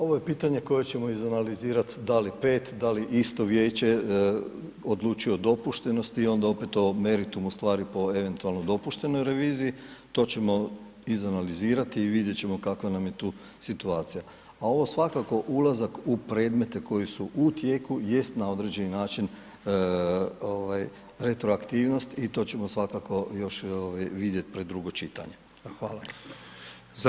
Ovo je pitanje koje ćemo izanalizirati da li 5, da li isto vijeće odlučuje o dopuštenosti onda opet o meritumu stvari po eventualno dopuštenoj reviziji, to ćemo izanalizirati i vidjet ćemo kakva nam je tu situacija a ovo svakako ulazak u predmete koji su u tijeku jest na određeni način retroaktivnost i to ćemo svakako još vidjet pred drugo čitanje, hvala.